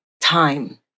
time